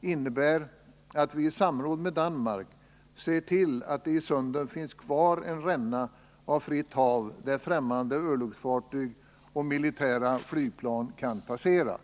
innebär att vi i samråd med Danmark ser till att det i sunden finns kvar en ränna av fritt hav, där ffrämmande örlogsfartyg och militära flygplan kan passera.